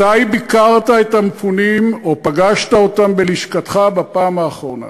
מתי ביקרת את המפונים או פגשת אותם בלשכתך בפעם האחרונה?